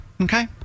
okay